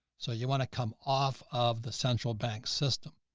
so you want to come off of the central bank system.